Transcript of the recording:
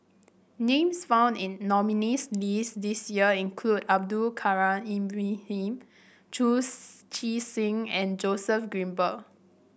names found in nominees' list this year include Abdul Kadir Ibrahim Chu Chee Seng and Joseph Grimberg